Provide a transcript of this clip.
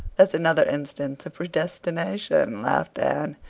that's another instance of predestination, laughed anne,